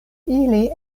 ili